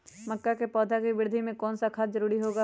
मक्का के पौधा के वृद्धि में कौन सा खाद जरूरी होगा?